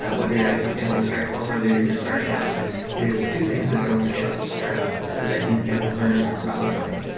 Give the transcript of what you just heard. whether you had a company like stripe or whether you're just starting out is do things that don't scale to start out so that you can learn about the problem domain.